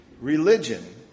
Religion